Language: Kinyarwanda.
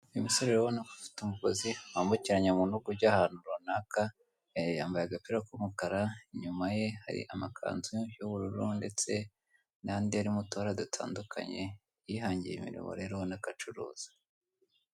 Uyu musore urabona ko afite umugozi wambukiranya mu ntugu ujya ahantu runaka, yambaye agapira k'umukara, inyuma ye hari amakanzu y'ubururu ndetse n'andi arimo utubara dutandukanye, yihangiye imirimo rero urabona ko acuruza.